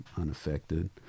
unaffected